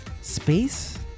Space